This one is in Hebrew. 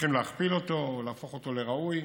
הולכים להכפיל אותו, להפוך אותו לראוי.